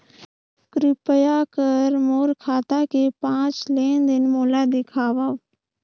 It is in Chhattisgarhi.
कृपया कर मोर खाता के पांच लेन देन मोला दिखावव